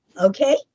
Okay